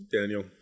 Daniel